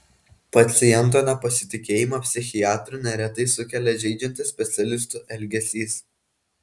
paciento nepasitikėjimą psichiatru neretai sukelia žeidžiantis specialistų elgesys